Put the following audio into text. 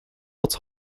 else